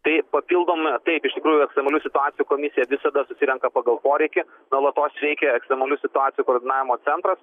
tai papildome taip iš tikrųjų ekstremalių situacijų komisija visada susirenka pagal poreikį nuolatos veikia ekstremalių situacijų koordinavimo centras